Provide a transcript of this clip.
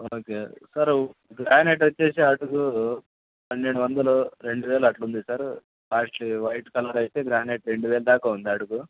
okay sir granite వచ్చేసి అడుగు పన్నెండు వందలు రెండువేలు అలా ఉంది సార్ కాస్ట్లీ వైట్ కలర్ అయితే గ్రానేట్ రెండువేలు దాకా ఉంది అడుగు